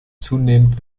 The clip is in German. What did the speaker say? zunehmend